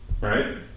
right